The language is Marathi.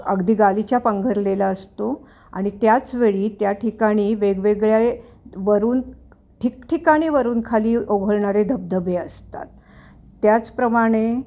अगदी गालीच्या पांघरलेला असतो आणि त्याचवेळी त्या ठिकाणी वेगवेगळ्यावरून ठिकठिकाणीवरून खाली ओघळणारे धबधबे असतात त्याचप्रमाणे